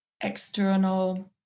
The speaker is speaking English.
external